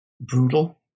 brutal